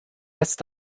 lässt